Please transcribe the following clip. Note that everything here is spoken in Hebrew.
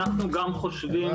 אנחנו חושבים